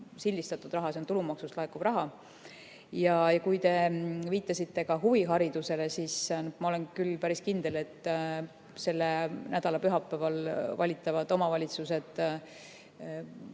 sildistatud raha, see on tulumaksust laekuv raha. Ja kui te viitasite ka huviharidusele, siis ma olen küll päris kindel, et selle nädala pühapäeval valitavad omavalitsused